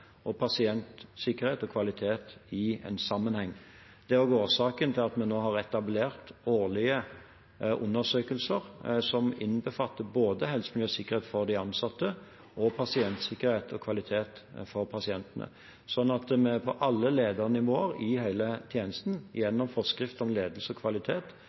og pasientsikkerhet og kvalitet i en sammenheng. Det er årsaken til at vi nå har etablert årlige undersøkelser som innbefatter både helse, miljø og sikkerhet for de ansatte og pasientsikkerhet og kvalitet for pasientene, slik at vi på alle ledernivåer i hele tjenesten, gjennom forskrift om ledelse og kvalitet,